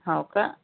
हाओ का